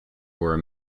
were